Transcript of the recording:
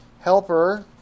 helper